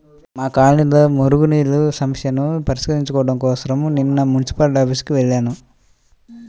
మా కాలనీలో మురుగునీళ్ళ సమస్యని పరిష్కరించుకోడం కోసరం నిన్న మున్సిపాల్టీ ఆఫీసుకి వెళ్లాను